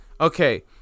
Okay